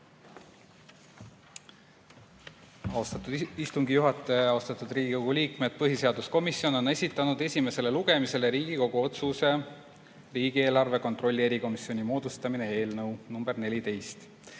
Austatud istungi juhataja! Austatud Riigikogu liikmed! Põhiseaduskomisjon on esitanud esimesele lugemisele Riigikogu otsuse "Riigieelarve kontrolli erikomisjoni moodustamine" eelnõu nr 14.